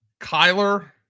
Kyler